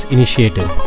Initiative